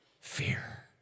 Fear